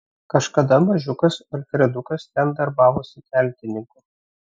kažkada mažiukas alfredukas ten darbavosi keltininku